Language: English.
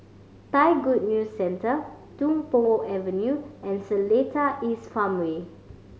Thai Good News Centre Tung Po Avenue and Seletar East Farmway